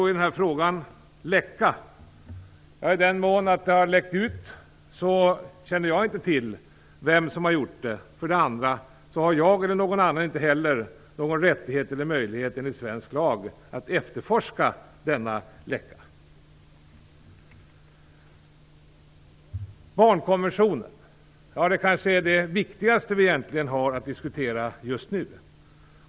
I den mån det har läckt ut uppgifter, känner jag inte till vem som har gjort det. Jag eller någon annan har inte heller någon rättighet eller möjlighet enligt svensk lag att efterforska denna läcka. Barnkonventionen är kanske egentligen det viktigaste vi har att diskutera just nu.